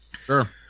Sure